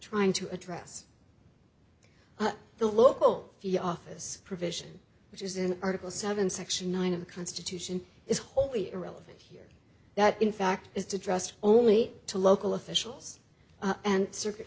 trying to address the local office provision which is in article seven section nine of the constitution is wholly irrelevant here that in fact it's addressed only to local officials and circuit